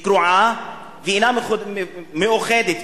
היא קרועה ואינה מאוחדת,